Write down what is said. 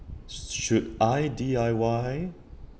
should I D_I_Y